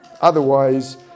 Otherwise